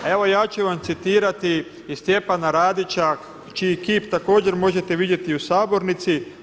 Evo ja ću vam citirati i Stjepana Radića čiji kip također možete vidjeti u sabornici.